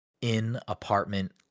in-apartment